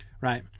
Right